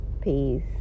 Peace